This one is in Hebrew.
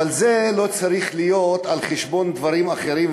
אבל זה לא צריך להיות על חשבון דברים אחרים.